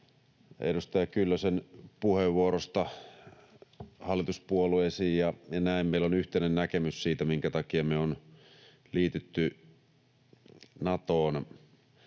edustaja Kyllösen puheenvuorosta hallituspuolueisiin, ja näin meillä on yhteinen näkemys siitä, minkä takia me ollaan liitytty Natoon.